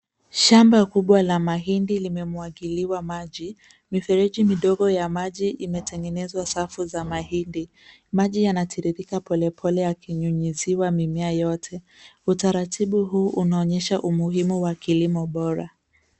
Shamba kubwa la mahindi limemwagiliwa maji. Miferiji midogo ya maji imetengenezwa safu za mahindi. Maji yanatiririka polepole yakinyunyiziwa mimea yote. Utaratibu huu unaonyesha umuhimu wa kilimo bora.